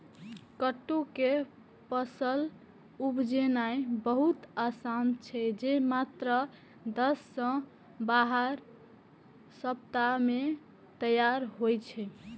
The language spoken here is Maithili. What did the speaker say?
कट्टू के फसल उपजेनाय बहुत आसान छै, जे मात्र दस सं बारह सप्ताह मे तैयार होइ छै